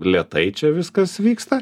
lėtai čia viskas vyksta